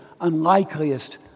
unlikeliest